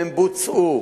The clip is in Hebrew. והם בוצעו.